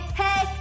hey